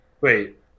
Wait